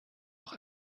auch